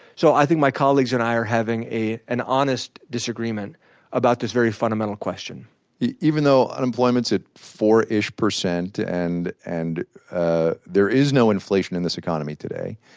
so i think my colleagues and i are having an honest disagreement about this very fundamental question even though unemployment's at four-ish percent and and ah there is no inflation in this economy today,